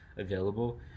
available